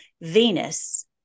Venus